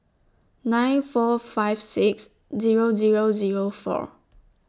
nine four five six Zero Zero Zero four